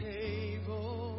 table